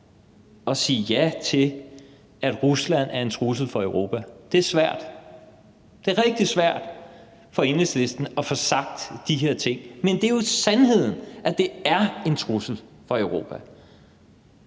at sige ja til, at Rusland er en trussel for Europa. Det er svært. Det er rigtig svært for Enhedslisten at få sagt de her ting, men det er jo sandheden, at det er en trussel for Europa,